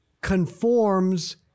conforms